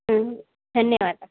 धन्यवादः